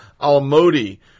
Al-Modi